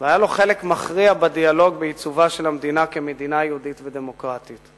והיה לו חלק מכריע בדיאלוג בעיצובה של המדינה כמדינה יהודית ודמוקרטית.